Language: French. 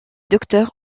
docteur